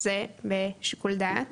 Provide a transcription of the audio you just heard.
זה בשיקול דעת.